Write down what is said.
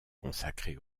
consacré